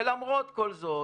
ולמרות כל זאת,